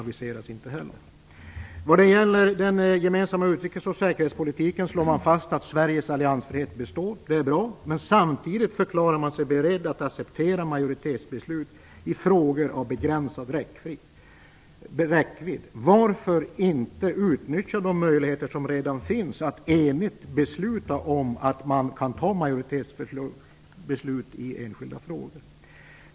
Vad gäller den gemensamma utrikes och säkerhetspolitiken slår man fast att Sveriges alliansfrihet består, och det är bra. Men samtidigt förklarar man sig vara beredd att acceptera majoritetsbeslut i frågor med begränsad räckvidd. Varför inte utnyttja de möjligheter som redan finns om att enigt besluta om att ta majoritetsbeslut i enskilda frågor?